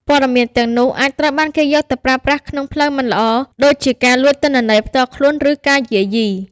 ព័ត៌មានទាំងនោះអាចត្រូវបានគេយកទៅប្រើប្រាស់ក្នុងផ្លូវមិនល្អ ដូចជាការលួចទិន្នន័យផ្ទាល់ខ្លួន ឬការយាយី។